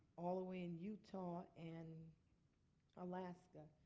all the way in utah and alaska.